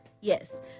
yes